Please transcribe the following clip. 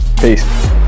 Peace